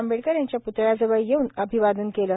आंबेडकर यांच्या प्तळ्या जवळ येऊन अभिवादन केलं